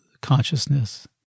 consciousness